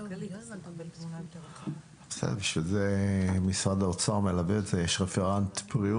רגע, גברתי, יש פה סדר.